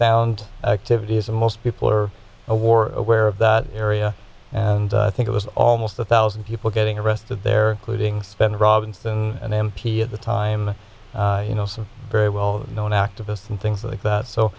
sound activities and most people are a war aware of that area and i think it was almost a thousand people getting arrested there looting spend robinson an m p at the time you know some very well known activists and things like that so